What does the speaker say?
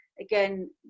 again